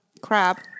crap